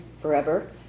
forever